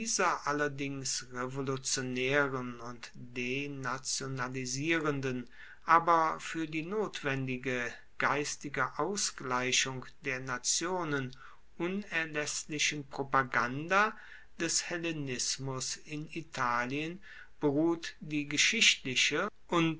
allerdings revolutionaeren und denationalisierenden aber fuer die notwendige geistige ausgleichung der nationen unerlaesslichen propaganda des hellenismus in italien beruht die geschichtliche und